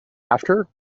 after